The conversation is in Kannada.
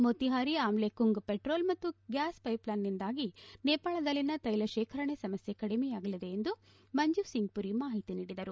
ಮೋತಿಹಾರಿ ಆಮ್ಲೆಕುಂಗ್ ಪೆಟ್ರೋಲ್ ಮತ್ತು ಗ್ಯಾಸ್ ಪೈಪ್ಲೈನ್ನಿಂದಾಗಿ ನೇಪಾಳದಲ್ಲಿನ ತೈಲ ಶೇಖರಣೆ ಸಮಸ್ನೆ ಕಡಿಮೆಯಾಗಲಿದೆ ಎಂದು ಮಂಜೀವ್ ಸಿಂಗ್ ಪುರಿ ಮಾಹಿತಿ ನೀಡಿದರು